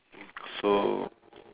so